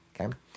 okay